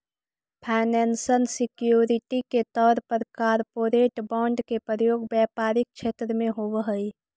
financial security के तौर पर कॉरपोरेट बॉन्ड के प्रयोग व्यापारिक क्षेत्र में होवऽ हई